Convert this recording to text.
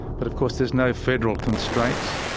but of course there's no federal constraints,